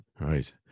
Right